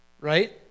right